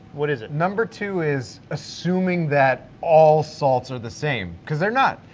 what is it? number two is assuming that all salts are the same cause they're not.